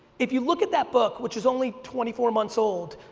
if you look at that book which is only twenty four months old,